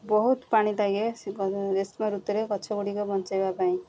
ବହୁତ ପାଣି ଲାଗେ ଗ୍ରୀଷ୍ମ ଋତୁରେ ଗଛଗୁଡ଼ିକ ବଞ୍ଚେଇବା ପାଇଁ